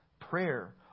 prayer